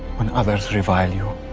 when others revile you,